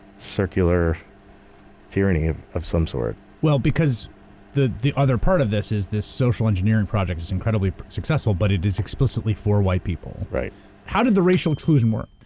circular tyranny of of some sort. well because the the other part of this is this social engineering project is incredibly successful. but it is explicitly for white people. how did the racial exclusion work?